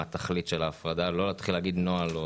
התכלית של ההפרדה ולא להתחיל להגיד נוהל.